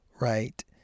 right